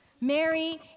Mary